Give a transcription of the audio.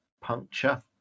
puncture